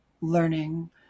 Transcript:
learning